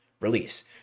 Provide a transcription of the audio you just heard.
release